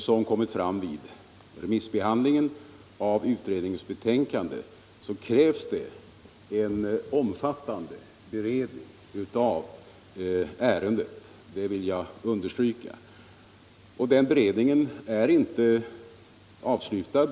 som kommit fram vid remissbehandlingen av utredningens betänkande krävs en omfattande beredning av ärendet. Den beredningen är inte avslutad.